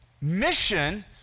Mission